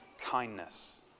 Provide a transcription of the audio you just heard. kindness